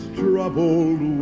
troubled